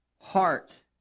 Heart